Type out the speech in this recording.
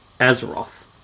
Azeroth